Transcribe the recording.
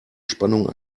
spannung